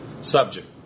subject